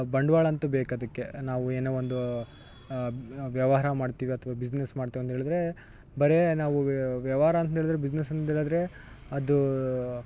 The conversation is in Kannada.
ಬಂಡವಾಳ ಅಂತೂ ಬೇಕು ಅದಕ್ಕೆ ನಾವು ಏನೋ ಒಂದು ವ್ಯವಹಾರ ಮಾಡ್ತೀವಿ ಅಥ್ವ ಬಿಸ್ನೆಸ್ ಮಾಡ್ತೀವಿ ಅಂತ ಹೇಳಿದ್ರೆ ಬರೀ ನಾವು ವ್ಯವಹಾರ ಅಂತಂದೇಳಿದರೆ ಬಿಸ್ನೆಸ್ ಅಂತಂದೇಳಿದರೆ ಅದು